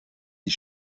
die